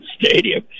stadium